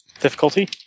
difficulty